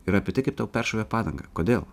yra apie tai kaip tau peršovė padangą kodėl